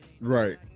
right